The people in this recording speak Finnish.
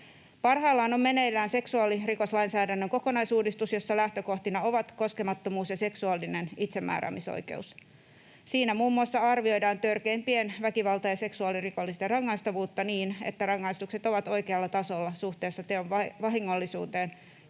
Parhaillaan on meneillään seksuaalirikoslainsäädännön kokonaisuudistus, jossa lähtökohtina ovat koskemattomuus ja seksuaalinen itsemääräämisoikeus. Siinä muun muassa arvioidaan törkeimpien väkivalta- ja seksuaalirikosten rangaistavuutta niin, että rangaistukset ovat oikealla tasolla suhteessa teon vahingollisuuteen